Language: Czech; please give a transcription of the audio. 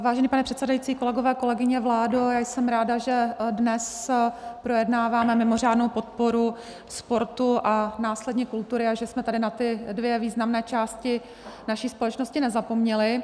Vážený pane předsedající, kolegyně, kolegové, vládo, jsem ráda, že dnes projednáváme mimořádnou podporu sportu a následně kultury, že jsme na ty dvě významné části naší společnosti nezapomněli.